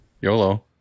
YOLO